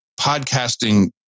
podcasting